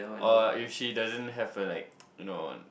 or if she doesn't have a like you know